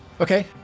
Okay